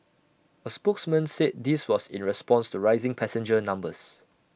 A spokesman said this was in response to rising passenger numbers